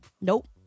Nope